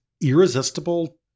irresistible